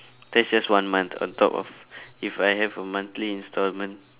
that's just one month on top of if I have a monthly installment